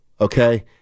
okay